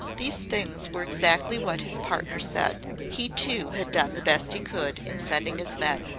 these things were exactly what his partner said. he, too, had done the best he could, in sending his men.